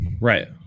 right